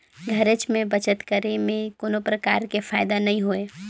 घरेच में बचत करे में कोनो परकार के फायदा नइ होय